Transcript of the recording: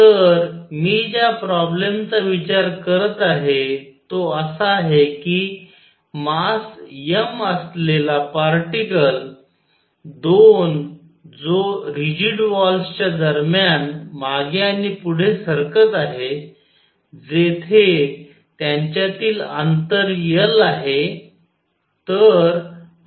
तर मी ज्या प्रोब्लेमचा विचार करत आहे तो असा आहे की मास m असलेला पार्टीकल दोन जो रिजिड वॉल्स च्या दरम्यान मागे आणि पुढे सरकत आहे जेथे त्यांच्यातील अंतर L आहे